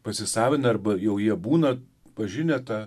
pasisavina arba jau jie būna pažinę tą